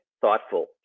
thoughtful